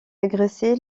agressé